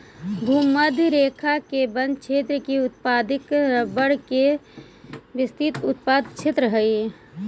भूमध्य रेखा के वन क्षेत्र में उत्पादित रबर के विस्तृत उत्पादन क्षेत्र हइ